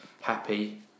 happy